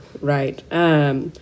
right